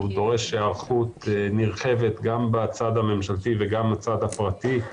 הוא דורש היערכות נרחבת גם בצד הממשלתי וגם בצד הפרטי.